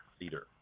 leader